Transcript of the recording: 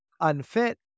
unfit